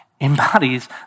embodies